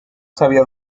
sabía